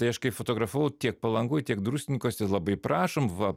tai aš kai fotografavau tiek palangoj tiek druskininkuose labai prašom va